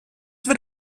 wird